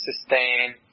sustain